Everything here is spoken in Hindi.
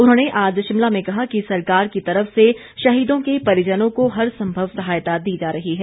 उन्होंने आज शिमला में कहा कि सरकार की तरफ से शहीदों के परिजनों को हर संभव सहायता दी जा रही है